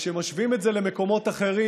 כשמשווים את זה למקומות אחרים,